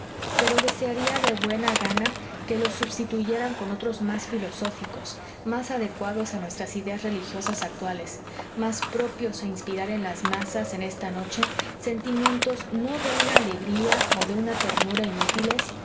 pero desearía de buena gana que los substituyeran con otros más filosóficos más adecuados a nuestras ideas religiosas actuales más propios para inspirar en las masas en esta noche sentimientos no de una alegría o de una ternura inútiles